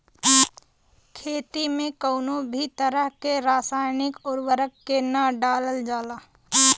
खेती में कउनो भी तरह के रासायनिक उर्वरक के ना डालल जाला